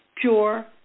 pure